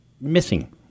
missing